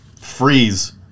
freeze